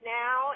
now